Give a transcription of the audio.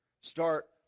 Start